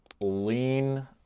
lean